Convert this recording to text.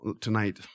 tonight